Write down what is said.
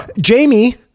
Jamie